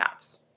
apps